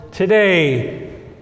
Today